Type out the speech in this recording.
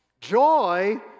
Joy